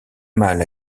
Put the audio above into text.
mal